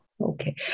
Okay